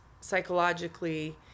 psychologically